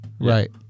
Right